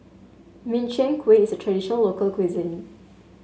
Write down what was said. Min Chiang Kueh is a traditional local cuisine